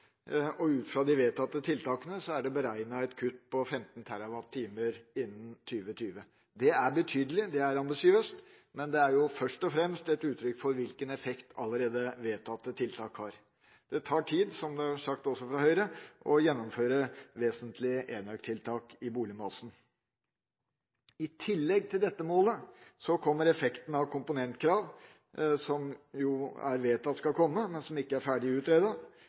saken. Ut fra de vedtatte tiltakene er det beregnet et kutt på 15 TWh innen 2020. Det er betydelig og ambisiøst, men det er først og fremst et uttrykk for hvilken effekt allerede vedtatte tiltak har. Det tar tid, som det er sagt også fra Høyres side, å gjennomføre vesentlige enøk-tiltak i boligmassen. I tillegg til dette målet kommer effekten av komponentkrav som er vedtatt, men som ikke er ferdig utredet. Det er også vedtatt å